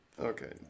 Okay